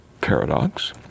paradox